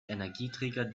energieträger